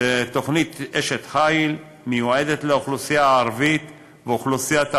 תוכנית "אשת חיל" המיועדת לאוכלוסייה הערבית ולאוכלוסיית העולים,